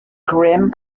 grimm